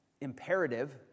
imperative